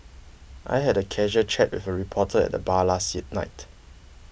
I had a casual chat with a reporter at the bar last night